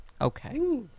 Okay